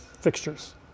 fixtures